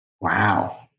Wow